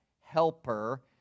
helper